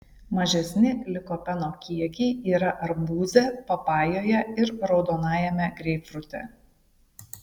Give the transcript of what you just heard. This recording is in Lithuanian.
mažesni likopeno kiekiai yra arbūze papajoje ir raudonajame greipfrute